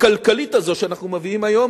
הכלכלית הזאת שאנחנו מביאים היום,